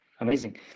amazing